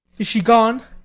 she gone?